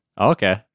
Okay